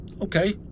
Okay